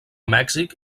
mèxic